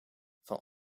van